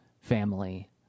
family